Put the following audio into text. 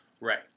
Right